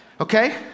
Okay